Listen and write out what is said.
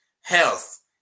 health